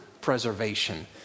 preservation